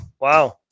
Wow